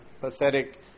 pathetic